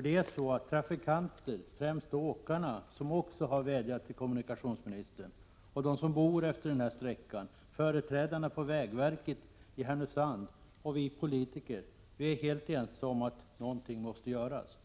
den frågan. Trafikanter, främst åkare, har också vädjat till kommunikationsministern. De som bor utefter sträckan, företrädarna för vägverket i Härnösand och vi politiker är helt ense om att någonting måste göras.